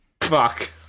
fuck